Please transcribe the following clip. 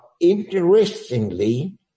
interestingly